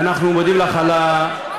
ואנחנו מודים לך על היוזמה,